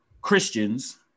Christians